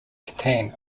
contain